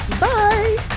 Bye